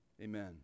amen